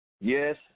Yes